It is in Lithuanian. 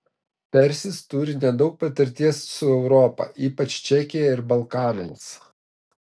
persis turi nedaug patirties su europa ypač čekija ir balkanais